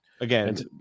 Again